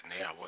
now